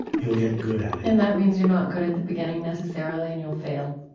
you'll get good at it and that means you're not good at the beginning necessarily, and you'll fail?